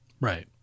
Right